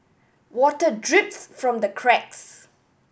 water drips from the cracks